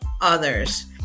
others